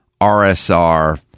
RSR